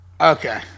Okay